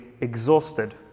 exhausted